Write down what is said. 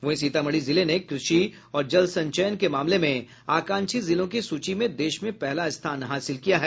वहीं सीतामढी जिले ने कृषि और जल संचयन के मामले में आकांक्षी जिलों की सूची में देश में पहला स्थान हासिल किया है